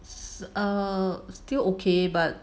it's err still okay but